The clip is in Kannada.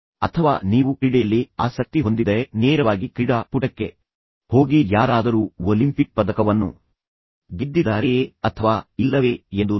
ಅಥವಾ ನೀವು ಕ್ರೀಡೆಯಲ್ಲಿ ಆಸಕ್ತಿ ಹೊಂದಿದ್ದರೆ ನೇರವಾಗಿ ಕ್ರೀಡಾ ಪುಟಕ್ಕೆ ಹೋಗಿ ಯಾರಾದರೂ ಒಲಿಂಪಿಕ್ ಪದಕವನ್ನು ಗೆದ್ದಿದ್ದಾರೆಯೇ ಅಥವಾ ಇಲ್ಲವೇ ಎಂದು ನೋಡಿ